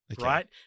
right